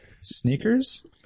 Sneakers